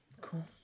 Cool